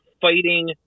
fighting